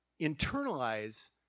internalize